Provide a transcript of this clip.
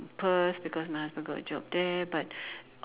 Perth because my husband got a job there but